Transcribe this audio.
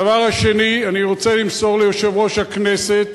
הדבר השני, אני רוצה למסור ליושב-ראש הכנסת